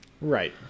Right